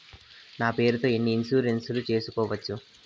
నా పేరుతో ఎన్ని ఇన్సూరెన్సులు సేసుకోవచ్చు?